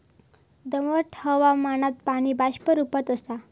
दमट हवामानात पाणी बाष्प रूपात आसता